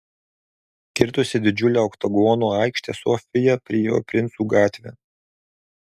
kirtusi didžiulę oktagono aikštę sofija priėjo princų gatvę